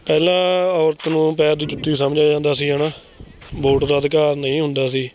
ਪਹਿਲਾਂ ਨੂੰ ਪੈਰ ਦੀ ਜੁੱਤੀ ਸਮਝਿਆ ਜਾਂਦਾ ਸੀ ਹੈਨਾ ਵੋਟ ਦਾ ਅਧਿਕਾਰ ਨਹੀਂ ਹੁੰਦਾ ਸੀ